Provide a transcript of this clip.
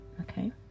okay